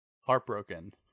heartbroken